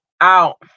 out